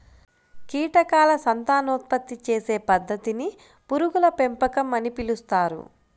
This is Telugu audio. కీటకాల సంతానోత్పత్తి చేసే పద్ధతిని పురుగుల పెంపకం అని పిలుస్తారు